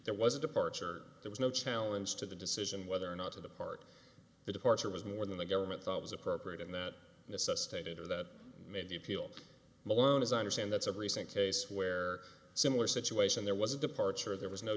there was a departure there was no challenge to the decision whether or not to depart the departure was more than the government thought was appropriate and that necessitated or that made the appeal malone as i understand that's a recent case where a similar situation there was a departure there was no